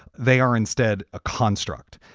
they are instead a construct.